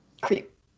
creep